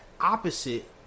opposite